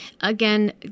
again